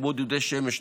כמו דודי שמש,